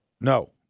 No